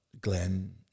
Glenn